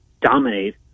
dominate